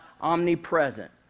omnipresent